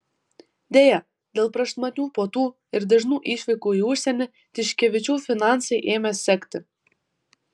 deja dėl prašmatnių puotų ir dažnų išvykų į užsienį tiškevičių finansai ėmė sekti